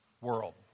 world